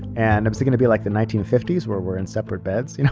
and i'm so going to be like the nineteen fifty s where we're in separate beds, you know